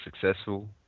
successful